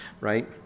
right